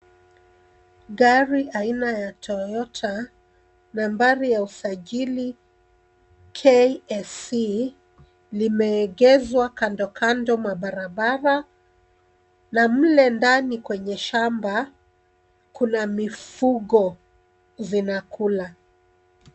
Gari aina ya toyota nambari ya usajili, KAC limeegeshwa kandokando mwa barabara na mle ndani kwenye shamba kuna mifugo wanakula.